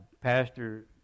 pastor